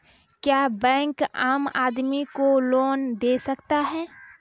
क्या बैंक आम आदमी को लोन दे सकता हैं?